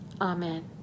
Amen